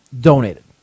donated